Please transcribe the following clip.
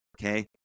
okay